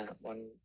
one